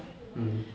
mm